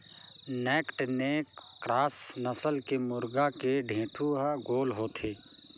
naked neck cross नसल के मुरगा के ढेंटू हर गोल होथे